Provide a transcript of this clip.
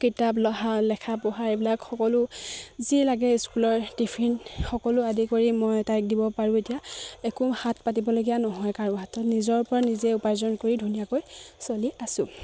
কিতাপ লেখা পঢ়া এইবিলাক সকলো যি লাগে স্কুলৰ টিফিন সকলো আদি কৰি মই তাইক দিব পাৰোঁ এতিয়া একো হাত পাতিবলগীয়া নহয় কাৰো হাতত নিজৰ পৰা নিজে উপাৰ্জন কৰি ধুনীয়াকৈ চলি আছোঁ